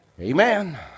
Amen